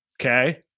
okay